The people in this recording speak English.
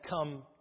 come